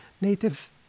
Native